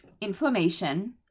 inflammation